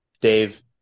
Dave